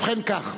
ובכן כך,